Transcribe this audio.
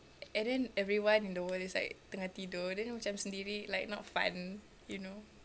and then everyone in the world is like tengah tidur then you macam sendiri like not fun you know